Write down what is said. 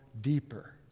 deeper